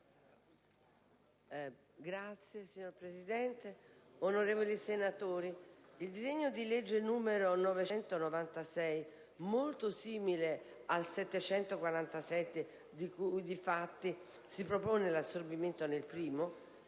*relatrice*. Signor Presidente, onorevoli senatori, il disegno di legge n. 996, molto simile al n. 747 (di cui difatti si propone l'assorbimento nel primo),